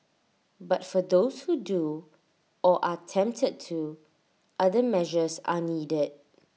but for those who do or are tempted to other measures are needed